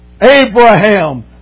Abraham